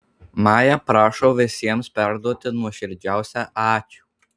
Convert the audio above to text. maja prašo visiems perduoti nuoširdžiausią ačiū